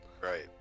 Right